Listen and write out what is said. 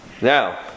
Now